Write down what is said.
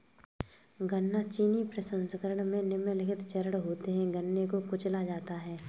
गन्ना चीनी प्रसंस्करण में निम्नलिखित चरण होते है गन्ने को कुचला जाता है